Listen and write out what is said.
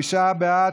הצבעה.